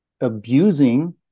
abusing